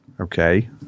Okay